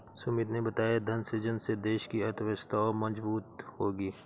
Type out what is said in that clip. सुमित ने बताया धन सृजन से देश की अर्थव्यवस्था और मजबूत होगी